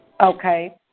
Okay